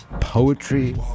poetry